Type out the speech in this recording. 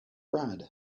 brad